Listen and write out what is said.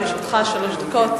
לרשותך שלוש דקות.